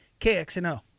KXNO